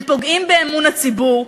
הם פוגעים באמון הציבור.